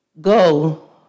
Go